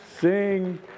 sing